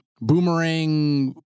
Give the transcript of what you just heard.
boomerang